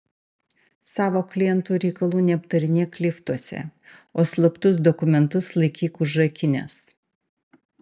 savo klientų reikalų neaptarinėk liftuose o slaptus dokumentus laikyk užrakinęs